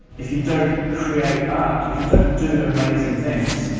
if you don't create art, if you don't do amazing things,